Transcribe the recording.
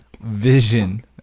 vision